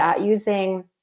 using